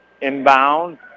Inbound